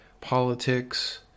politics